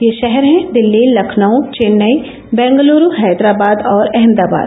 ये शहर हैं दिल्ली लखनऊ चेन्नई बेंगलुरू हैदराबाद और अहमदाबाद